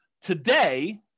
Today